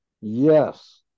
yes